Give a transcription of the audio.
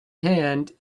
hand